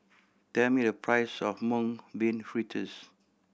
tell me the price of Mung Bean Fritters